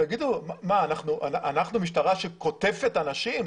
אנחנו משטרה שקוטפת אנשים?